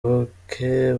ubuke